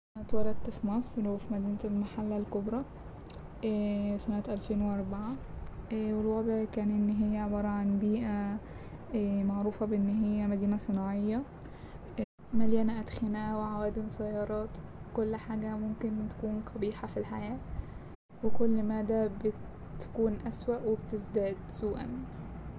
أنا اتولدت في مصر وفي مدينة المحلة الكبري سنة ألفين وأربعة والوضع كان إن هي عبارة عن بيئة معروفة بإن هي مدينة صناعية مليانة أدخنة وعوادم سيارات كل حاجة ممكن تكون قبيحة في الحياة وكل مادا بتكون اسوأ وبتزداد سوءا.